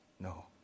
No